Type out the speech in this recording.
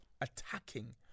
attacking